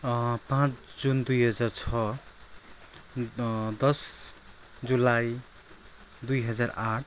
पाँच जुन दुई हजार छ दस जुलाई दुई हजार आठ